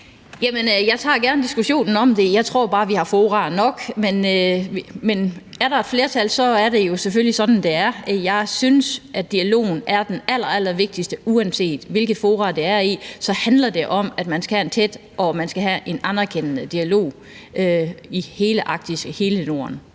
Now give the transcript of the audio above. jeg tager gerne diskussionen om det. Jeg tror bare, at vi har fora nok, men er der et flertal for det, så er det jo selvfølgelig sådan, det er. Jeg synes, at dialogen er det allerallervigtigste. Uanset hvilke fora det er i, handler det om, at man skal have en tæt og anerkendende dialog i hele Arktis, i hele Norden.